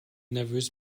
nervös